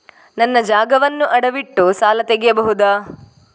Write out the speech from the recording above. ನನ್ನ ಜಾಗವನ್ನು ಅಡವಿಟ್ಟು ಸಾಲ ತೆಗೆಯಬಹುದ?